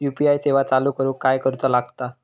UPI सेवा चालू करूक काय करूचा लागता?